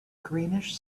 greenish